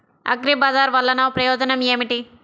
అగ్రిబజార్ వల్లన ప్రయోజనం ఏమిటీ?